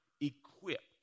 equipped